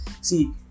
See